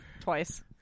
Twice